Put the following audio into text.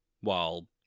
while-